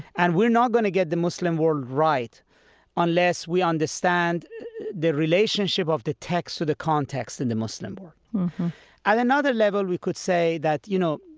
and we're not going to get the muslim world right unless we understand the relationship of the text to the context in the muslim world at another level we could say, you know,